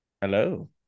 Hello